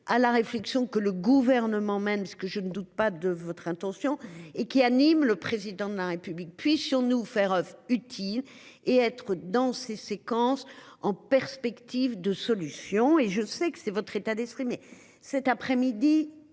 À la réflexion, que le gouvernement même ce que je ne doute pas de votre intention et qui anime le président de la République puis sur nous faire oeuvre utile et être dans ces séquences en perspective de solution et je sais que c'est votre état d'esprit mais cet après-midi